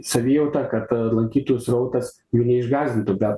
savijauta kad lankytojų srautas jų neišgąsdintų bet